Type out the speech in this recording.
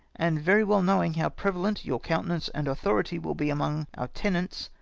and very well knowing how prevalent your countenance and authority will be among our tenants,